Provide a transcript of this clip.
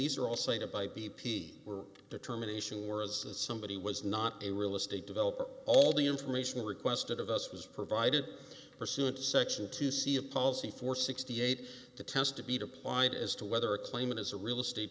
these are all cited by b p were determination were as that somebody was not a real estate developer all the information requested of us was provided pursuant to section to see a policy for sixty eight to test to be deployed as to whether a claimant is a real estate